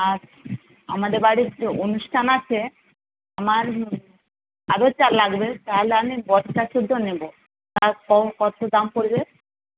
আর আমাদের বাড়ির যে অনুষ্ঠান আছে আমার আরও চাল লাগবে চাল আমি বস্তাসুদ্ধ নেব বাদশাভোগ কত দাম পড়বে